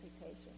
patient